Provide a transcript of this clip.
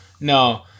No